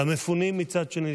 ולמפונים מצד שני,